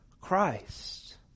Christ